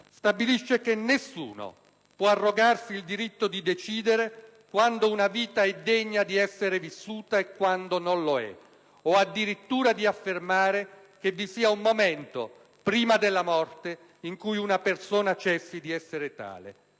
stabilisce che nessuno può arrogarsi il diritto di decidere quando una vita è degna di essere vissuta e quando non lo è, o addirittura di affermare che vi sia un momento, prima della morte, in cui una persona cessi di essere tale.